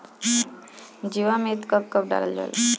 जीवामृत कब कब डालल जाला?